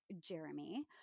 Jeremy